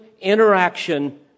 interaction